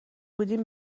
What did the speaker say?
بودیم